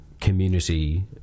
community